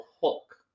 Hulk